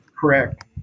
correct